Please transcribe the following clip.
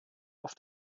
auf